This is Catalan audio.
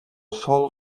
sòl